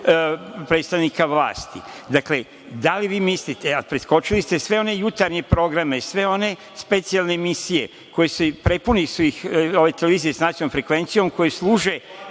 predstavnika vlasti. Da li vi mislite, a preskočili ste sve one jutarnje programe, sve one specijalne emisije, prepune su ih televizije sa nacionalnom frekvencijom koje služe